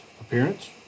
appearance